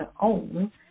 own